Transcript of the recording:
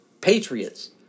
patriots